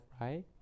right